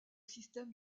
systèmes